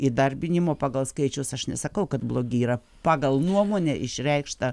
įdarbinimo pagal skaičius aš nesakau kad blogi yra pagal nuomonę išreikštą